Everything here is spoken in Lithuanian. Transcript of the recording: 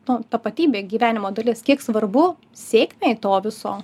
nu tapatybė gyvenimo dalis kiek svarbu sėkmei to viso